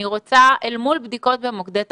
אל מול בדיקות במוקדי תחלואה.